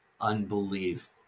unbelief